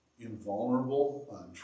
invulnerable